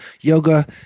yoga